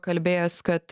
kalbėjęs kad